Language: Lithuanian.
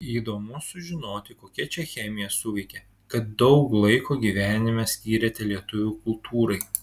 įdomu sužinoti kokia čia chemija suveikė kad daug laiko gyvenime skyrėte lietuvių kultūrai